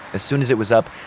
as soon as it was up,